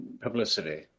publicity